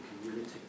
community